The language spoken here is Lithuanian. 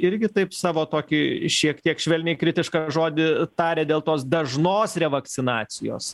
irgi taip savo tokį šiek tiek švelniai kritišką žodį tarė dėl tos dažnos revakcinacijos